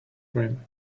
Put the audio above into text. cream